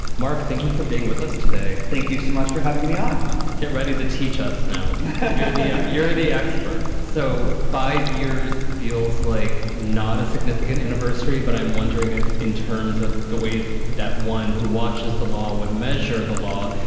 mark, thank you for being with us today thank you so much for having me on get ready to teach us. now you're the expert. so five years feels like not a significant anniversary. but i'm wondering if in terms of the ways that one who watches the law would measure the law,